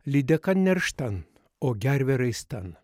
lydeka nerštan o gervė raistan